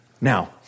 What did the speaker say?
Now